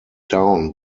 down